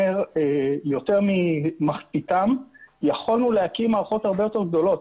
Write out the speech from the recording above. יותר ממחציתן, יכולנו להקים מערכות יותר גדולות.